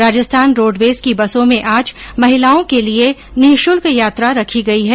Rajasthan roadways की बसों में आज महिलाओं के लिए निःशल्क यात्रा रखी गई है